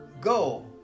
go